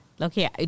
Okay